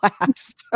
last